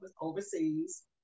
overseas